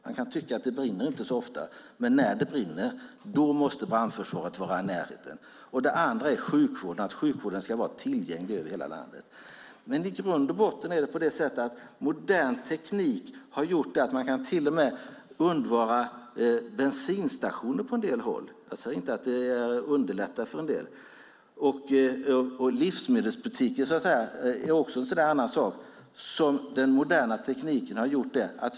Man kan tycka att det inte brinner så ofta. Men när det brinner måste brandförsvaret vara i närheten. Det andra är sjukvården, som måste vara tillgänglig över hela landet. Men i grund och botten har modern teknik gjort att man till och med kan undvara bensinstationer på en del håll. Jag säger inte att det underlättar för alla, men ändå. Livsmedelsbutiker är en annan sak där den moderna tekniken har hjälpt till.